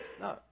No